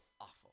Awful